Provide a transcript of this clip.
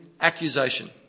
accusation